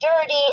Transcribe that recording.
dirty